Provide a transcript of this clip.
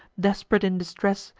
desp'rate in distress,